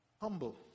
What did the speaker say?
humble